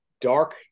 dark